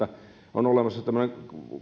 on olemassa tämmöinen